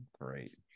great